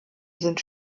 sind